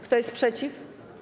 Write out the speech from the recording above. Kto jest przeciw?